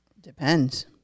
depends